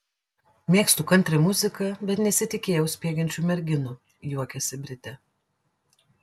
mėgstu kantri muziką bet nesitikėjau spiegiančių merginų juokiasi britė